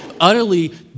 utterly